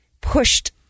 pushed